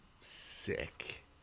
sick